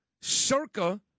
circa